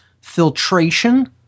filtration